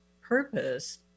purpose